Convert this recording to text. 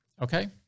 okay